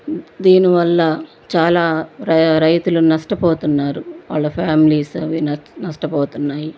దీనివల్ల చాలా రై రైతులు నష్టపోతున్నారు వాళ్ళ ఫ్యామిలీస్ అవీ నష్టపోతున్నాయి